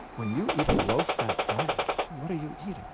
when you eat a low fat diet what are you eating?